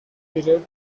period